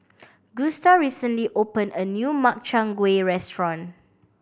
Gusta recently opened a new Makchang Gui restaurant